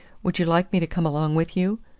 would you like me to come along with you?